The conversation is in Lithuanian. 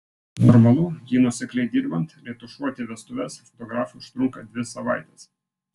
normalu jei nuosekliai dirbant retušuoti vestuves fotografui užtrunka dvi savaites